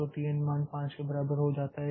तो tn मान 5 के बराबर हो जाता है